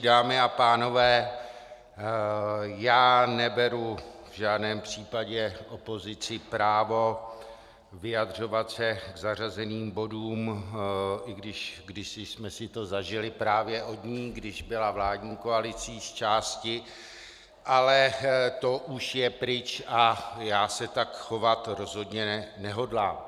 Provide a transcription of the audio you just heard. Dámy a pánové, já neberu v žádném případě opozici právo vyjadřovat se k zařazeným bodům, i když kdysi jsme si to zažili právě od ní, když byla vládní koalicí zčásti, ale to už je pryč a já se tak chovat rozhodně nehodlám.